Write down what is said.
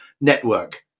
network